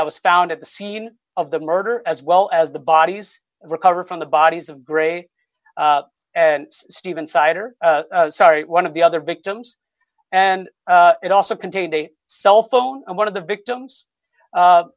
that was found at the scene of the murder as well as the bodies recovered from the bodies of gray and stephen fidler sorry one of the other victims and it also contained a cell phone and one of the victims